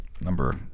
Number